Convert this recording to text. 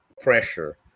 pressure